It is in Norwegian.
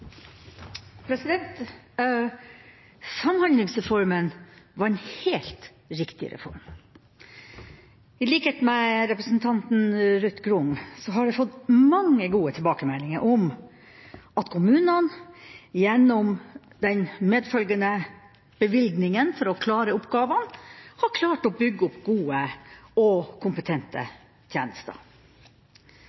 Samhandlingsreformen var en helt riktig reform. I likhet med representanten Ruth Grung har jeg fått mange gode tilbakemeldinger om at kommunene gjennom den medfølgende bevilgninga for å klare oppgavene har klart å bygge opp gode og kompetente tjenester.